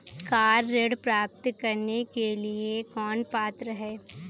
Car ऋण प्राप्त करने के लिए कौन पात्र है?